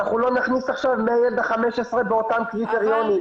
אנחנו לא נכניס עכשיו מהילד ה-15 באותם קריטריונים.